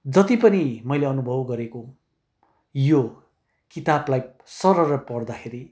जति पनि मैले अनुभव गरेको यो किताबलाई सरर पढ्दाखेरि